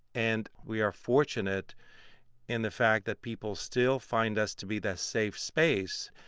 and we are fortunate in the fact that people still find us to be that safe space.